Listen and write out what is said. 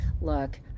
look